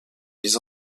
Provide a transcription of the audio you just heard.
mis